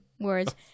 words